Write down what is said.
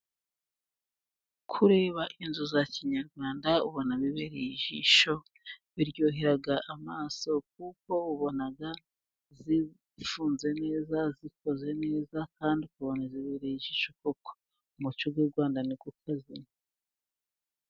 Kureba inzu za kinyarwanda ubona bibereye ijisho, biryohera amaso, kuko ubona ziconze neza, zikoze neza kandi ukabona zibereye ijisho koko, umuco w'i Rwanda ntukazime.